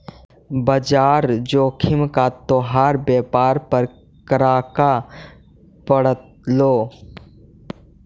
बाजार जोखिम का तोहार व्यापार पर क्रका पड़लो